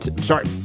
sorry